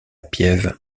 piève